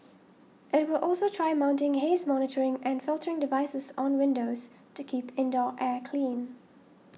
it will also try mounting haze monitoring and filtering devices on windows to keep indoor air clean